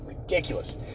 ridiculous